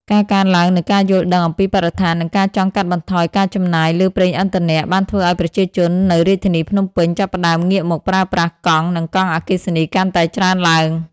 ការកើនឡើងនូវការយល់ដឹងអំពីបរិស្ថាន និងការចង់កាត់បន្ថយការចំណាយលើប្រេងឥន្ធនៈ បានធ្វើឱ្យប្រជាជននៅរាជធានីភ្នំពេញចាប់ផ្តើមងាកមកប្រើប្រាស់កង់ និងកង់អគ្គិសនីកាន់តែច្រើនឡើង។